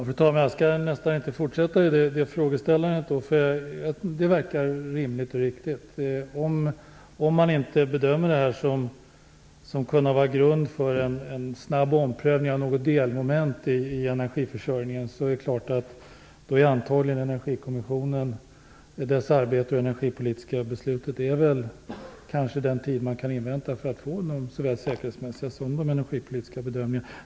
Fru talman! Jag skall kanske inte fortsätta. Det verkar rimligt och verkar. Om man inte bedömer detta så att det kan vara grund för en snabb omprövning av något elmoment i energiförsörjningen, skall man antagligen invänta Energikommissionens arbete och det energipolitiska beslutet för att få de såväl säkerhetsmässiga som energipolitiska bedömningarna.